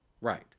right